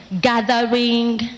gathering